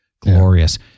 glorious